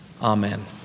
amen